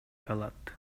калат